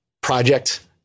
project